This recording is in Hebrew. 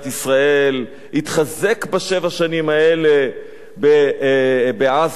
ישראל התחזק בשבע השנים האלה בעזה,